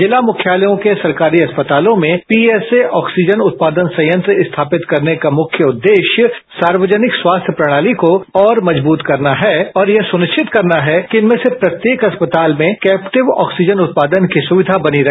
जिला मुख्यालयों के सरकारी अस्पतालों में पीएसए ऑक्सीजन उत्पादन संयंत्र स्थापित करने का मुख्य उद्देश्य सार्वजनिक स्वास्थ्य प्रणाली को और मजबूत करना है और यह सुनिश्चित करना है कि इनमें से प्रत्येक अस्पताल में कैप्टिव ऑक्सीजन उत्पादन की सुविधा बनी रहे